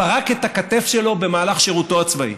פרק את הכתף שלו במהלך שירותו הצבאי.